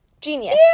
Genius